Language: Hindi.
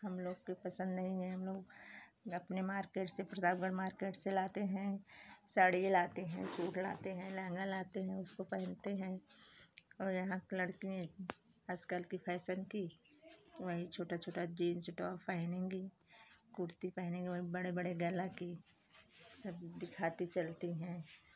हम लोग को पसंद नहीं है हम लोग अपने मार्केट से प्रतापगढ़ मार्केट से लाते हैं साड़ी लाते हैं सूट लाते हैं लहंगा लाते हैं उसको पहनते हैं और यहाँ क लड़की आजकल की फैशन की वही छोटा छोटा जींस टॉप पहनेंगी कुर्ती पहनेंगी वही बड़े बड़े गला की सब दिखाती चलती हैं